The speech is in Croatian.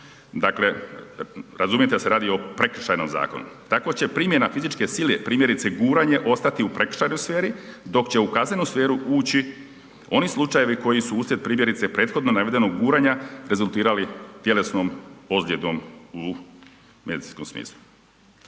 Dakle razumijete da se radi o Prekršajnom zakonu tako će primjena fizičke sile, primjerice guranje ostati u prekršajnoj sferi dok će u kaznenu sferu ući oni slučajevi koji su uslijed primjerice prethodno navedenog guranja rezultirali tjelesnom ozljedom u medicinskom smislu.